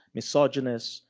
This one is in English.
misogynists,